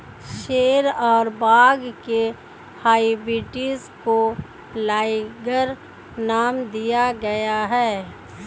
शेर और बाघ के हाइब्रिड को लाइगर नाम दिया गया है